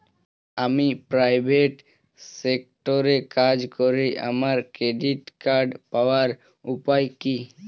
আমি প্রাইভেট সেক্টরে কাজ করি আমার ক্রেডিট কার্ড পাওয়ার উপায় কি?